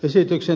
hyvä